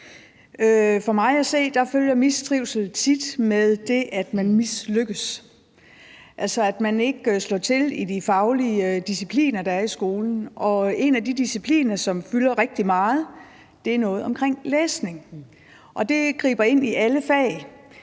For mig at se følger mistrivsel tit med det, at man mislykkes, altså at man ikke slår til i de faglige discipliner, der er i skolen. Og en af de discipliner, som fylder rigtig meget, er noget omkring læsning, og det griber ind i alle fag.